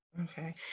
Okay